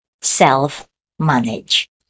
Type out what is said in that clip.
Self-manage